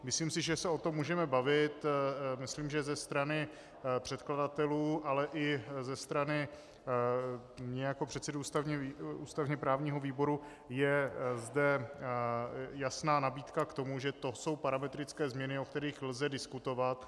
Myslím si, že se o tom můžeme bavit ze strany předkladatelů, ale i ze strany mě jako předsedy ústavněprávního výboru je zde jasná nabídka k tomu, že to jsou parametrické změny, o kterých lze diskutovat.